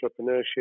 entrepreneurship